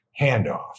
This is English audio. handoff